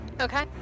Okay